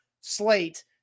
slate